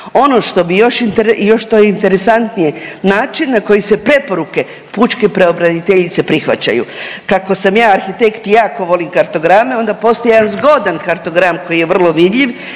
još što je interesantnije, način na koji se preporuke pučke pravobraniteljice prihvaćaju. Kako sam ja arhitekt i jako volim kartograme onda postoji jedan zgodan kartogram koji je vrlo vidljiv